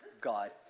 God